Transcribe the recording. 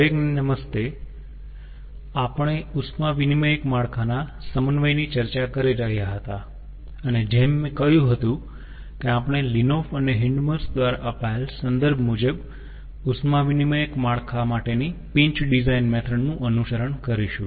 દરેકને નમસ્તે આપણે ઉષ્મા વિનીમયક માળખાના સમન્વયની ચર્ચા કરી રહ્યા હતા અને જેમ મેં કહ્યું હતું કે આપણે લિન્નોફ અને હિંડમર્શ દ્વારા અપાયેલ સંદર્ભ મુજબ ઉષ્મા વિનીમયક માળખા માટેની પિંચ ડિઝાઇન મેથડ નું અનુસરણ કરીશું